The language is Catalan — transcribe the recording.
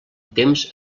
temps